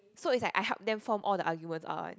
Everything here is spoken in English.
so it's like I help them form all the argument alright